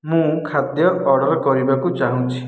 ମୁଁ ଖାଦ୍ୟ ଅର୍ଡ଼ର୍ କରିବାକୁ ଚାହୁଁଛି